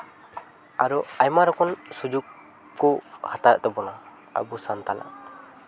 ᱟᱨᱚ ᱟᱭᱢᱟ ᱨᱚᱠᱚᱢ ᱥᱩᱡᱳᱜᱽ ᱠᱚ ᱦᱟᱛᱟᱣᱮᱜ ᱛᱟᱵᱚᱱᱟ ᱟᱵᱚ ᱥᱟᱱᱛᱟᱲᱟᱜ